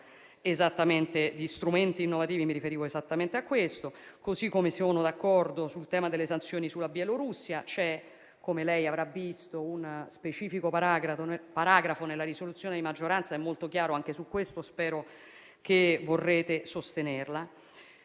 soluzioni e strumenti innovativi, mi riferivo esattamente a questo. Così come sono d'accordo sul tema delle sanzioni sulla Bielorussia: c'è, come lei avrà visto, uno specifico paragrafo nella risoluzione di maggioranza. È molto chiara anche su questo e spero che vorrete sostenerla.